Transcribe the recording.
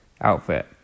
outfit